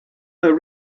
her